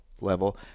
level